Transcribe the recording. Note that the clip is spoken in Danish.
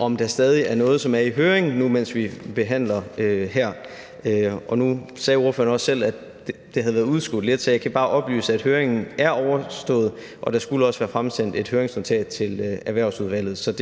om der stadig er noget, som er i høring, nu mens vi behandler her. Nu sagde ordføreren selv, at det havde været udskudt lidt, og jeg kan bare oplyse, at høringen er overstået, og der skulle også være fremsendt et høringsnotat til Erhvervsudvalget.